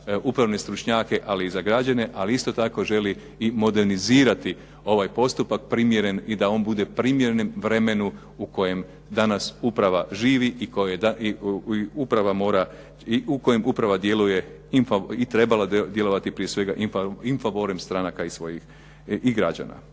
upravne stručnjake, ali i za građane, ali isto tako želi i modernizirati ovaj postupak i da on bude u primjerenom vremenu u kojem danas uprava živi i u kojem uprava djeluje i trebala djelovati prije svega in favorem stranaka i građana.